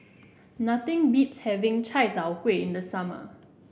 nothing beats having Chai Tow Kuay in the summer